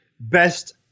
best